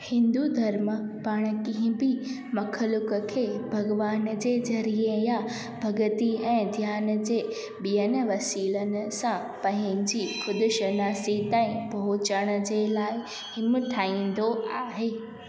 हिंदू धर्म पाण कंहिं बि मख़लूक़ खे भॻिवान जे ज़रिए या भगिती ऐं ध्यान जे ॿियनि वसीलनि सां पंहिंजी ख़ुदशनासी ताईं पहुचण जे लाइ हिमथाईंदो आहे